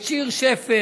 את שיר שפר,